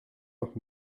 noch